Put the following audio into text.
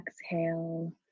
exhale